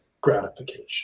gratification